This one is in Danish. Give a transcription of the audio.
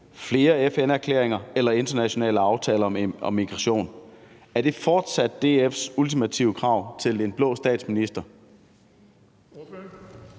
flere FN-erklæringer eller internationale aftaler om migration. Er det fortsat DF's ultimative krav til en blå statsminister?